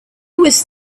was